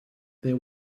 there